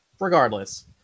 regardless